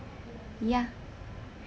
ya